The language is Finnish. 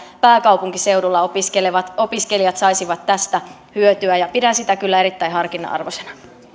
pääkaupunkiseudulla opiskelevat opiskelijat saisivat tästä hyötyä ja pidän sitä kyllä erittäin harkinnan arvoisena